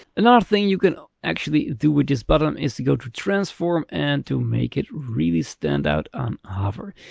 another thing you can actually do with this button is to go to transform and to make it really stand out on hover.